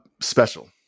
Special